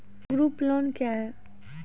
Group loan क्या है?